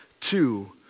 two